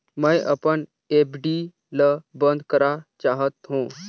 मैं अपन एफ.डी ल बंद करा चाहत हों